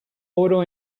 auto